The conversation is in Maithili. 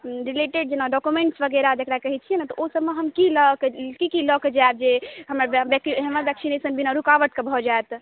रिलेटेड जेना डॉक्यूमेंट वगैरह जकरा कहैत छियै ने तऽ ओ सबमे हम की लऽ की की लऽ कऽ जायब की हमर वेक्सिनेशन बिना रुकावटके भऽ जा